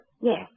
Yes